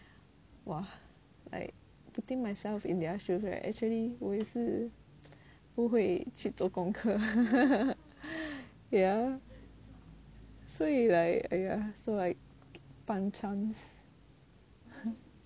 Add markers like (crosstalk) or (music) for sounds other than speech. !wah! putting myself in their shoes right actually 我也是不会去做功课 (laughs) ya 所以 like !aiya! so like bang chance